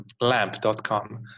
lamp.com